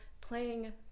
playing